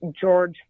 george